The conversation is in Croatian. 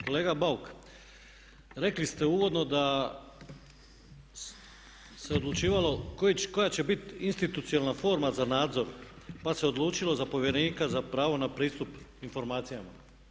Kolega Bauk rekli ste uvodno da se odlučivalo koja će biti institucionalna forma za nadzor pa se odlučilo za povjerenika za pravo na pristup informacijama.